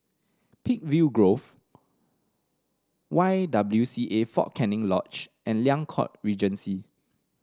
Peakville Grove Y W C A Fort Canning Lodge and Liang Court Regency